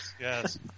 yes